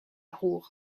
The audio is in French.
ruhr